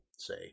say